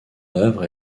œuvre